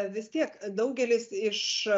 vis tiek daugelis iš